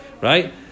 Right